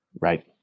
Right